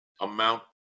amount